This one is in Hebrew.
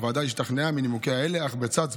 הוועדה השתכנעה מנימוקים אלה, אך בצד זאת,